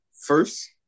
first